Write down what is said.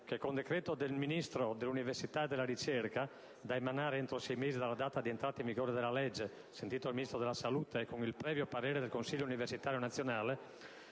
che, con decreto del Ministro dell'università e della ricerca, da emanare entro sei mesi dalla data di entrata in vigore della legge, sentito il Ministro della salute e con il previo parere del Consiglio universitario nazionale,